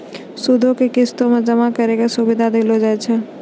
सूदो के किस्तो मे जमा करै के सुविधा देलो जाय छै